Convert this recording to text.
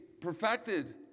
perfected